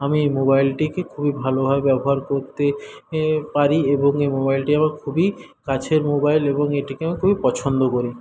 আমি মোবাইলটিকে খুবই ভালোভাবে ব্যবহার করতে পারি এবং এই মোবাইলটি আমার খুবই কাছের মোবাইল এবং এটিকে আমি খুবই পছন্দ করি